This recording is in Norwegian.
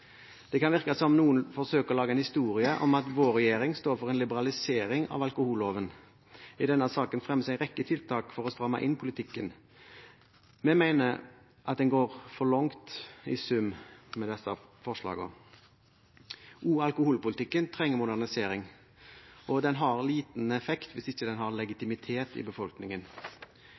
Det kan virke som om noen forsøker å lage en historie om at vår regjering står for en liberalisering av alkoholloven. I denne saken fremmes en rekke tiltak for å stramme inn politikken. Vi mener at en går for langt – i sum – med disse forslagene. Også alkoholpolitikken trenger modernisering, og den har liten effekt hvis den ikke har